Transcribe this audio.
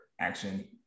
action